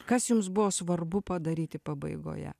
kas jums buvo svarbu padaryti pabaigoje